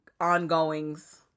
ongoings